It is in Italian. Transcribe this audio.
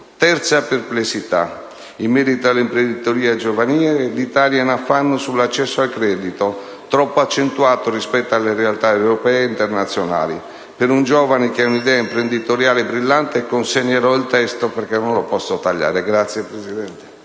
Terza perplessità: in merito all'imprenditoria giovanile l'Italia è in affanno sull'accesso al credito, troppo accentuato rispetto alle realtà europee ed internazionali. Per un giovane che ha un'idea imprenditoriale brillante... *(Richiami del Presidente).* Consegnerò il testo, perché non lo posso tagliare. *(Applausi